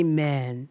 Amen